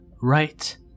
right